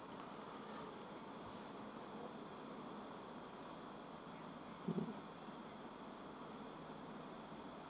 mm